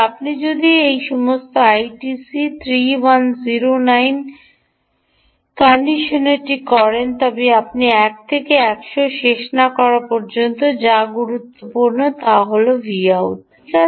তবে আপনি যদি এই সমস্ত আইটিসি 3109 কন্ডিশনারটি করেন তবে 1 টি 100 থেকে শেষ পর্যন্ত যা গুরুত্বপূর্ণ তা এই Vout ঠিক